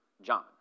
John